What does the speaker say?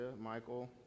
Michael